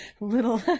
little